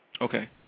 Okay